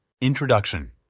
Introduction